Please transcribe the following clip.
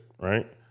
right